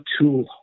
tool